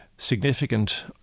significant